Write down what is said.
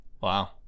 Wow